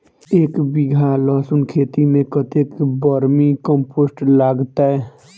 एक बीघा लहसून खेती मे कतेक बर्मी कम्पोस्ट लागतै?